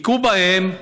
היכו בהם,